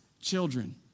children